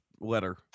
letter